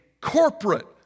corporate